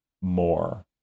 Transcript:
more